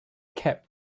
kept